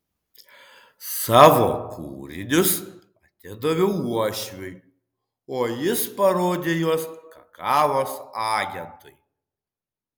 savo kūrinius atidaviau uošviui o jis parodė juos kakavos agentui